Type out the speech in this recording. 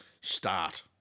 Start